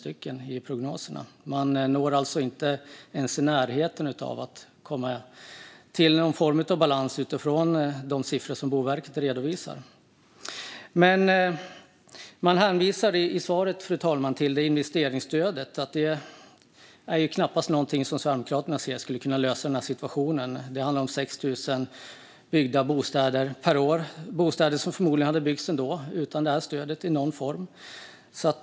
Man kommer alltså inte ens i närheten av någon form av balans utifrån de siffror som Boverket redovisar. I svaret hänvisar ministern till investeringsstödet. Det är knappast något som Sverigedemokraterna ser skulle kunna lösa situationen. Det handlar om 6 000 byggda bostäder per år - bostäder som förmodligen ändå hade byggts i någon form utan stödet.